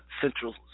Central